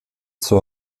zur